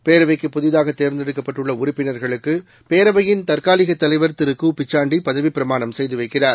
பேரவைக்கு புதிதாகதேர்ந்தெடுக்கப்பட்டுள்ளஉறுப்பினர்களுக்குபேரவையின் தற்காலிகதலைவர் திரு கு பிச்சாண்டிபதவிப்பிரமாணம் செய்துவைக்கிறார்